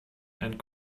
and